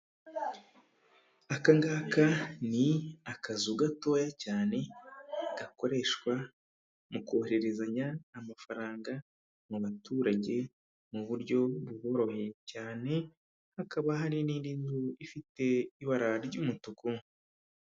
Aka ngaka ni akazu gatoya cyane, gakoreshwa mu kohererezanya amafaranga mu baturage mu buryo buboroheye cyane, hakaba hari n'indi nzu ifite ibara ry'umutuku.